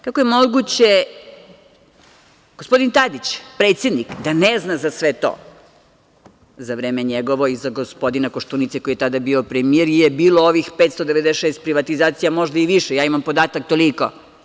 Kako je moguće, gospodin Tadić, predsednik da ne zna za sve to za vreme njegovo i za vreme gospodina Koštunice koji je tada bio premijer, tada je bilo ovih 596 privatizacija, a možda i više, ja imam podatak toliko.